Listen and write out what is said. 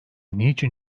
niçin